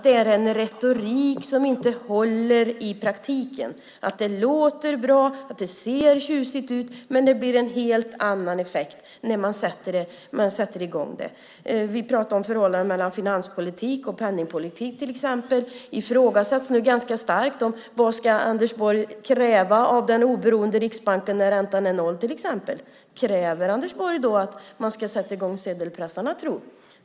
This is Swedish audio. Det är en retorik som inte håller i praktiken. Det låter bra och det ser tjusigt ut, men det blir en helt annan effekt när man sätter i gång det. Vi pratade om förhållandena mellan finanspolitik och penningpolitik, till exempel. Det ifrågasätts nu ganska starkt vad Anders Borg ska kräva av den oberoende Riksbanken när räntan är noll. Kräver Anders Borg då att man ska sätta i gång sedelpressarna, tro?